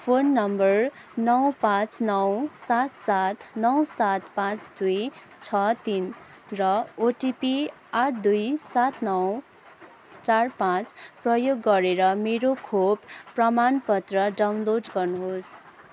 phone number नौ पाँच नौ सात सात नौ सात पाँच दुई छ तिन र ओटिपी आठ दुई सात नौ चार पाँच प्रयोग गरेर मेरो खोप प्रमाणपत्र डाउनलोड गर्नुहोस्